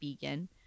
vegan